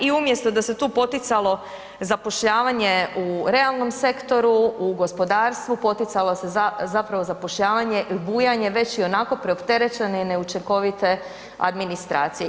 I umjesto da se tu poticalo zapošljavanje u realnom sektoru, u gospodarstvu, poticalo se zapravo zapošljavanje i bujanje već ionako preopterećene i neučinkovite administracije.